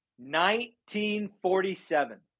1947